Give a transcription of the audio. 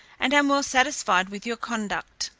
and am well satisfied with your conduct.